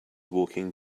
walking